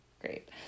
Great